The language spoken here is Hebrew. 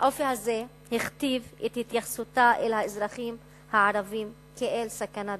האופי הזה הכתיב את התייחסותה לאזרחים הערבים כאל סכנה דמוגרפית.